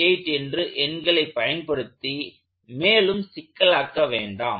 8 என்று எண்களை பயன்படுத்தி மேலும் சிக்கலாக்க வேண்டாம்